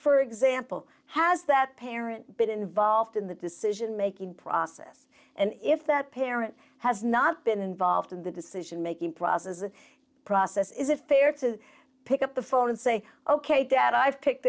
for example has that parent been involved in the decision making process and if that parent has not been involved in the decision making process the process is it fair to pick up the phone and say ok dad i've picked